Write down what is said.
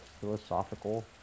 philosophical